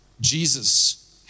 Jesus